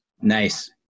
Nice